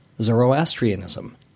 Zoroastrianism